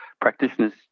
practitioners